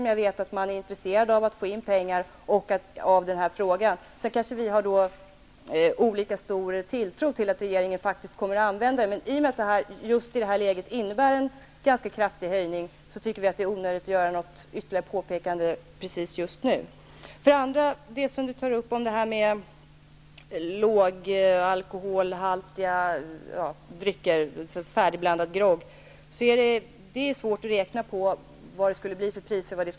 Jag vet att man är intresserad av att få in pengar och av den här frågan i sig. Däremot kanske vi har olika stor tilltro till att regeringen faktiskt kommer att använda det här. I och med att det här innebär en ganska kraftig höjning tycker vi att det är onödigt att nu göra något ytterligare påpekande. Lars Bäckström tar upp lågalkoholhaltiga drycker, färdigblandade groggar. Det är svårt att räkna ut vad det skulle bli för priser.